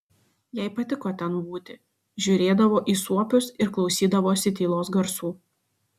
jai patiko ten būti žiūrėdavo į suopius ir klausydavosi tylos garsų